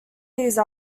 these